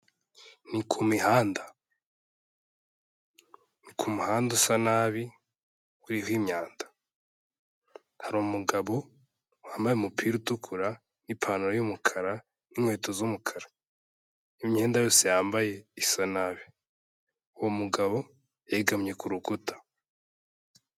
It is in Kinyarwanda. Ni ku mihanda. Ni ku muhanda usa nabi uriho imyanda. Hari umugabo wambaye umupira utukura n'ipantaro y'umukara n'inkweto z'umukara. Imyenda yose yambaye isa nabi. Uwo mugabo yegamye ku rukuta.